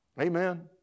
Amen